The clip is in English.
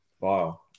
Wow